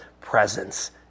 presence